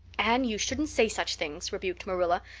anne, you shouldn't say such things rebuked marilla,